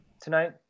tonight